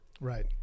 Right